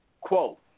Quote